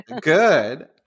Good